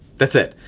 that's it.